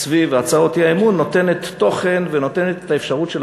סביב הצעות האי-אמון נותנת תוכן ונותנת את האפשרות של